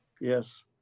yes